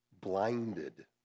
blinded